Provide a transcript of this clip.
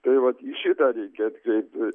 tai vat į šitą reikia atkreipt